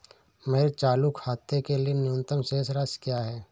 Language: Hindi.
मेरे चालू खाते के लिए न्यूनतम शेष राशि क्या है?